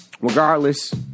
regardless